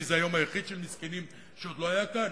כי זה היום היחיד של מסכנים שעוד לא היה כאן,